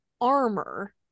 armor